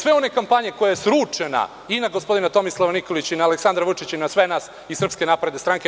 Pored sve one kampanje koja je sručena i na gospodina Tomislava Nikolića i na Aleksandra Vučića i na sve nas iz SNS.